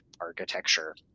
architecture